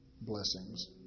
blessings